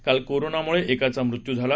काल कोरोना मुळे एकाचा मृत्यू झाला